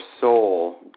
soul